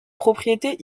propriétés